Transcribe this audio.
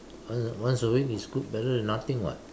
once once a week is good better than nothing [what]